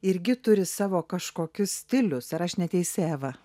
irgi turi savo kažkokius stilius ar aš neteisi eva